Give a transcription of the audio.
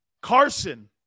Carson